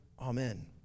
Amen